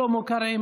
שלמה קרעי,